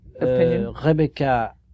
Rebecca